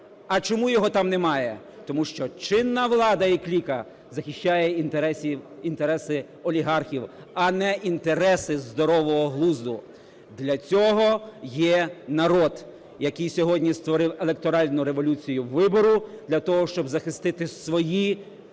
А чому його там немає? Тому що чинна влада і кліка захищає інтереси олігархів, а не інтереси здорового глузду. Для цього є народ, який сьогодні створив електоральну революцію вибору, для того щоб захистити свої